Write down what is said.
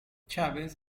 chavez